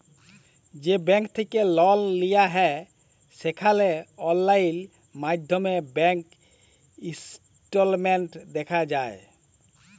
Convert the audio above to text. যে ব্যাংক থ্যাইকে লল লিয়া হ্যয় সেখালে অললাইল মাইধ্যমে ব্যাংক ইস্টেটমেল্ট দ্যাখা যায়